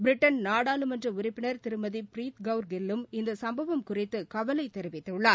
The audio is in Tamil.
பிரிட்டன் நாடாளுமன்ற உறுப்பினர் திருமதி பிரீத் கௌர் கில் லும் இந்த சம்பவம் குறித்து கவலை தெரிவித்துள்ளார்